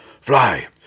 Fly